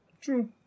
True